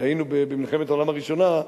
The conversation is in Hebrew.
היינו במלחמת העולם הראשונה,